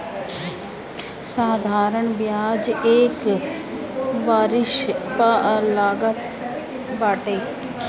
साधारण बियाज एक वरिश पअ लागत बाटे